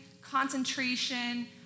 concentration